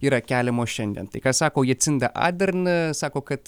yra keliamos šiandien tai ką sako jacinta adern sako kad